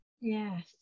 Yes